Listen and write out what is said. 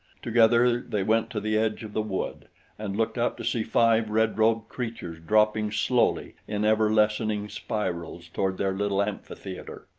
together they went to the edge of the wood and looked up to see five red-robed creatures dropping slowly in ever-lessening spirals toward their little amphitheater.